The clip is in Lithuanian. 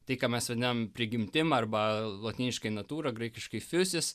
tai ką mes vadinam prigimtim arba lotyniškai natūra graikiškai fjusis